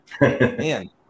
man